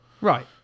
Right